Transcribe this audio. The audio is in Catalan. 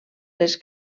les